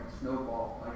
Snowball